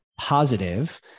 positive